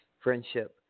Friendship